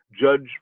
judge